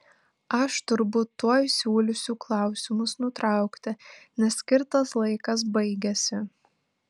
aš turbūt tuoj siūlysiu klausimus nutraukti nes skirtas laikas baigiasi